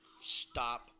stop